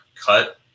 cut